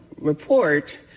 report